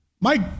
Mike